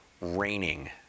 raining